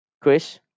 Chris